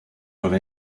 have